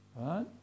right